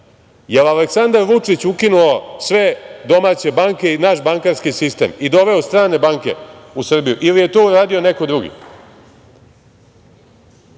jel Aleksandar Vučić ukinuo sve domaće banke i naš bankarski sistem i doveo strane banke u Srbiju ili je to uradio neko drugi?